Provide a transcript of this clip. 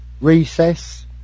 Recess